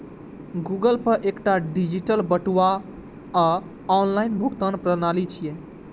Google Pay एकटा digital बटुआ आ ऑनलाइन भुगतान प्रणाली छियै